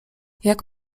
jak